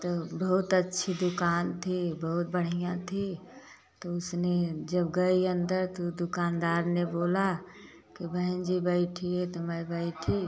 तो बहुत अच्छी दुकान थी बहुत बढ़िया थी तो उसने जब गई अंदर तो दुकानदार ने बोला कि बहन जी बैठिए तो मैं बैठी